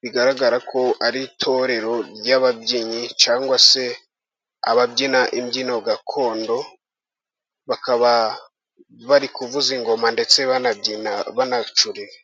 bigaragara ko ari itorero ry'ababyinnyi cyangwa se ababyina imbyino gakondo, bakaba bari kuvuza ingoma ndetse banabyina banacurira.